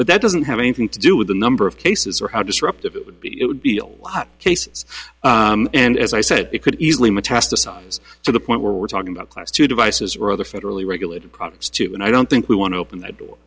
but that doesn't have anything to do with the number of cases or how disruptive it would be it would be a lot of cases and as i said it could easily metastasize to the point where we're talking about class two devices rather federally regulated crops too and i don't think we want to open the door